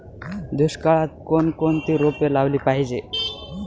दुष्काळात कोणकोणती रोपे लावली पाहिजे?